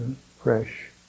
fresh